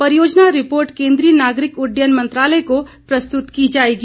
परियोजना रिपोर्ट केंद्रीय नागरिक उड्डयन मंत्रालय को प्रस्तुत की जाएगी